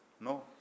No